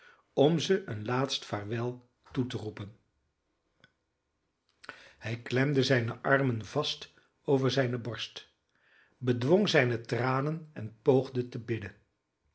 om ze een laatst vaarwel toe te roepen hij klemde zijne armen vast over zijne borst bedwong zijne tranen en poogde te bidden